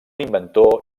inventor